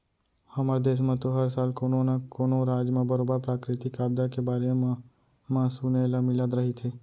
हमर देस म तो हर साल कोनो न कोनो राज म बरोबर प्राकृतिक आपदा के बारे म म सुने ल मिलत रहिथे